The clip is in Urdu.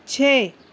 چھ